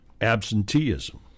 absenteeism